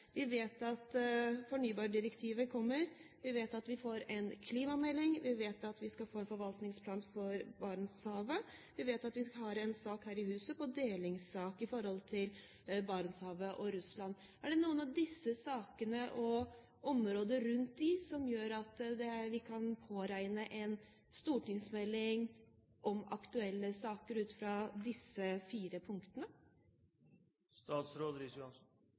Vi vet at fornybardirektivet kommer. Vi vet at vi får en klimamelding. Vi vet at vi skal få en forvaltningsplan for Barentshavet. Vi vet at vi har en sak her i huset som gjelder delingsforholdet mellom Norge og Russland i Barentshavet. Er det noen av disse fire sakene og forhold rundt dem som gjør at vi kan påregne en stortingsmelding om aktuelle saker? Det må nesten besvares ut fra